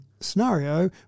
Scenario